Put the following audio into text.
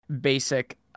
basic